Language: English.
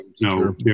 No